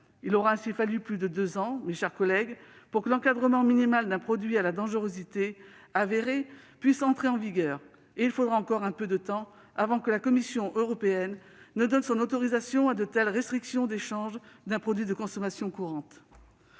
Il aura ainsi fallu plus de deux ans, mes chers collègues, pour que l'encadrement minimal d'un produit à la dangerosité avérée puisse entrer en vigueur. Il faudra encore un peu de temps avant que la Commission européenne ne donne son autorisation à de telles restrictions d'échange d'un produit de consommation courante.